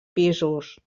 pisos